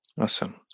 Awesome